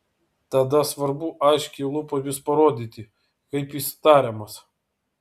tada svarbu aiškiai lūpomis parodyti kaip jis tariamas